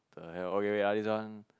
the hell okay wait ah this one